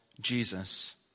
Jesus